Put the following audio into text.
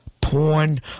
porn